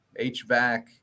HVAC